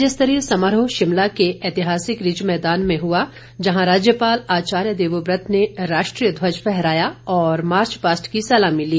राज्य स्तरीय समारोह शिमला के ऐतिहासिक रिज मैदान में हुआ जहां राज्यपाल आचार्य देवव्रत ने राष्ट्रीय ध्वज फहराया और मार्च पास्ट की सलामी ली